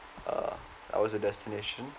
uh I was at destination